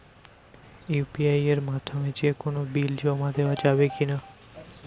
UPI এর মাধ্যমে যে কোনো বিল জমা দেওয়া যাবে কি না?